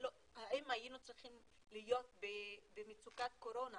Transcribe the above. אם היינו צריכים להיות במצוקת קורונה